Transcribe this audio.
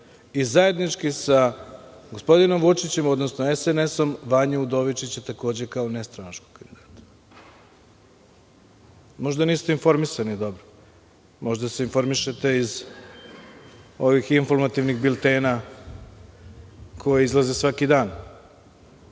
i zajednički sa gospodinom Vučićem, odnosno SNS, Vanju Udovičića, takođe kao nestranačkog kandidata. Možda niste informisani dobro. Možda se informišete iz ovih informativnih biltena koji izlaze svaki dan. Kada